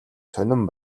сонин